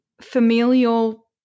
familial